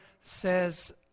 says